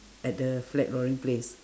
at the flag lowering place